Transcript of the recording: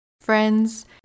Friends